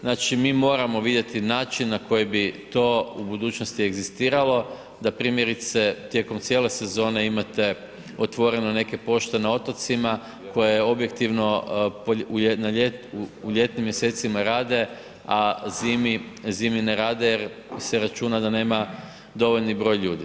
Znači, mi moramo vidjeti način na koji bi to u budućnosti egzistiralo da primjerice tijekom cijele sezone imate otvoreno neke pošte na otocima koje objektivno u jedno ljetno, u ljetnim mjesecima rade, a zimi ne rade jer se računa da nema dovoljni broj ljudi.